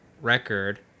record